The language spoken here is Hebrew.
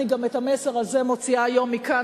גם את המסר הזה אני מוציאה היום מכאן,